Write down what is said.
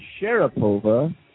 Sharapova